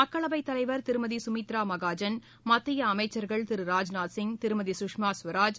மக்களவைத் தலைவர் திருமதிசுமித்ராமகாஜன் மத்தியஅமைச்சர்கள் திரு ராஜ்நாத்சிய் திருமதி சுஷ்மா ஸ்வராஜ்